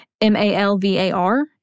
M-A-L-V-A-R